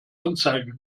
anzeige